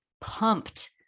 pumped